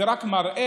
זה רק מראה